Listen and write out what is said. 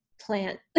plant